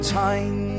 time